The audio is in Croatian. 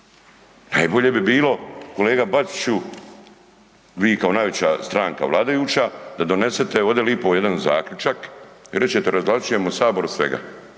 najbolje bi bilo, kolega Bačiću, vi kao najveća stranka vladajuća, da donesete ove lipo jedan zaključak i rečete, razvlastit ćemo Sabor od svega,